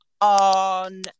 on